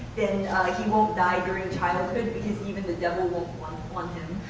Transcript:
then he won't die during childhood because even the devil won't won't want him.